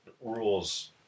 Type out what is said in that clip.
rules